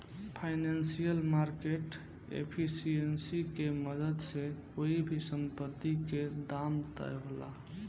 financial market efficiency के मदद से कोई भी संपत्ति के दाम तय होला